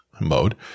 mode